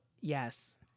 Yes